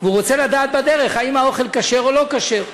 והוא רוצה לדעת בדרך כלל האם האוכל כשר או לא כשר.